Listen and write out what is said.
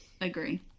Agree